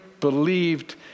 believed